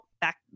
back